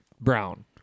brown